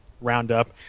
roundup